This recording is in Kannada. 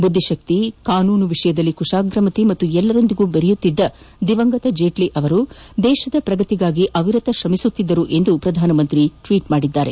ಬುದ್ದಿಶಕ್ತಿ ಕಾನೂನು ವಿಷಯದಲ್ಲಿ ಕುಶಾಗ್ರಮತಿ ಮತ್ತು ಎಲ್ಲರೊಂದಿಗೆ ಬೆರೆಯುತ್ತಿದ್ದ ಅರುಣ್ ಜೇಟ್ಲಿ ಅವರು ದೇಶದ ಪ್ರಗತಿಗಾಗಿ ಅವಿರತ ಶ್ರಮಿಸಿದ್ದಾರೆ ಎಂದು ಪ್ರಧಾನಮಂತ್ರಿ ಟ್ವೀಟ್ ಮಾದಿದ್ದಾರೆ